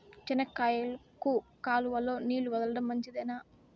చెనక్కాయకు కాలువలో నీళ్లు వదలడం మంచిదేనా?